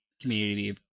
community